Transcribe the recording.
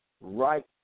right